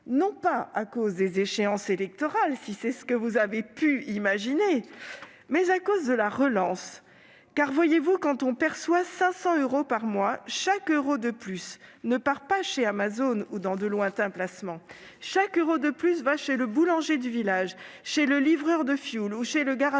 Non pas à cause des échéances électorales- si c'est ce que vous avez pu imaginer -, mais à cause de la relance. Car, voyez-vous, quand on perçoit 500 euros par mois, chaque euro de plus ne part pas chez Amazon ou dans de lointains placements. Chaque euro de plus va chez le boulanger du village, chez le livreur de fioul ou chez le garagiste